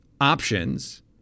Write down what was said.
options